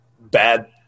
bad